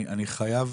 אני חייב